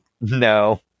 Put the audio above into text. No